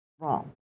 wrong